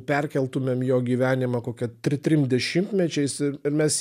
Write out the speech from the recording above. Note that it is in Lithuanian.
perkeltumėm jo gyvenimą kokia tri trim dešimtmečiais ir ir mes